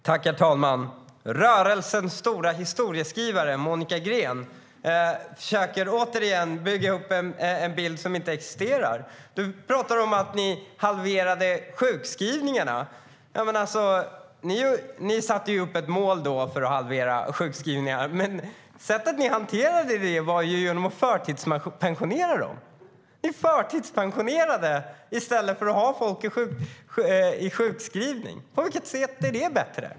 Herr talman! Rörelsens stora historieskrivare, Monica Green, försöker återigen bygga upp en bild som inte existerar. Du talar om att ni satte upp ett mål för att halvera sjukskrivningarna, Monica Green. Men sättet ni hanterade det på var att förtidspensionera människor. Ni förtidspensionerade i stället för att ha människor i sjukskrivning. På vilket sätt är det bättre?